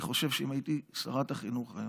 אני חושב שאם הייתי שרת החינוך היום,